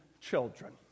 children